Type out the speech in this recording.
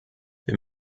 wir